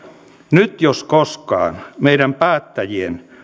nyt jos koskaan meidän päättäjien